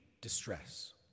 distress